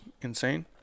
insane